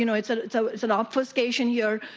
you know it so it so is an obligation here.